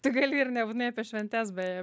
tu gali ir nebūtinai apie šventes beje